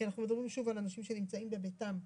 כי אנחנו מדברים שוב על אנשים שנמצאים בביתם.